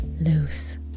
loose